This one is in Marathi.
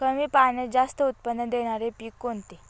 कमी पाण्यात जास्त उत्त्पन्न देणारे पीक कोणते?